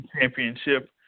championship